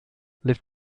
lived